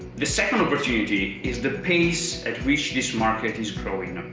the second opportunity is the pace at which this market is growing.